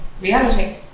reality